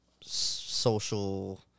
social